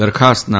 દરખાસ્તના